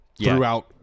throughout